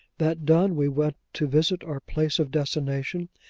that done, we went to visit our place of destination,